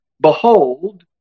Behold